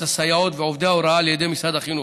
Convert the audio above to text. הסייעות ועובדי ההוראה על ידי משרד החינוך.